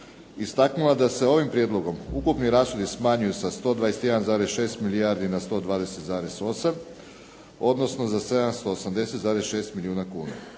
istaknula da se ovim prijedlogom ukupni rashodi smanjuju sa 121,6 milijardi na 120,8 odnosno za 780,6 milijuna kuna.